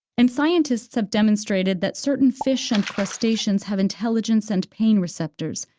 and scientists have demonstrated that certain fish and crustaceans have intelligence and pain receptors,